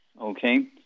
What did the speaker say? okay